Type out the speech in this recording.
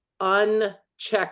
unchecked